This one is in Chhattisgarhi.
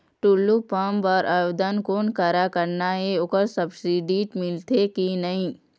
टुल्लू पंप बर आवेदन कोन करा करना ये ओकर सब्सिडी मिलथे की नई?